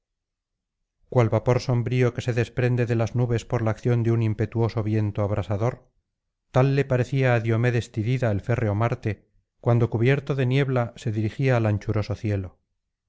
cual vapor sombrío que se desprende de las nubes por la acción de un impetuoso viento abrasador tal le parecía á diomedes tidida el férreo marte cuando cubierto de niebla se dirigía al anchuroso cielo